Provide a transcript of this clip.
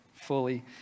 fully